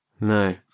No